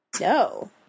No